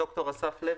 אני ד"ר אסף לוי,